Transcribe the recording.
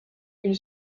une